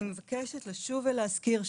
אני מבקשת לשוב ולהזכיר,